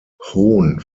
hohn